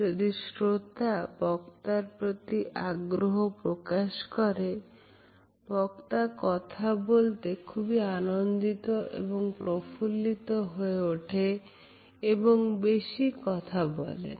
যদি শ্রোতা বক্তার প্রতি আগ্রহ প্রকাশ করেন বক্তা কথা বলতে খুবই আনন্দিত এবং প্রফুল্লিত হয়ে উঠে বেশি কথা বলেন